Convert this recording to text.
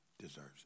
deserves